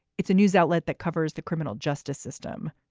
it's a news outlet that covers the criminal justice system.